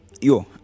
Yo